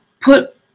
put